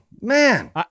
Man